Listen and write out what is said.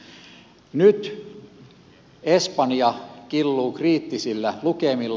nyt espanja killuu kriittisillä lukemilla